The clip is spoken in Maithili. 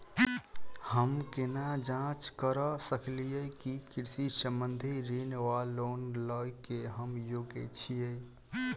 हम केना जाँच करऽ सकलिये की कृषि संबंधी ऋण वा लोन लय केँ हम योग्य छीयै?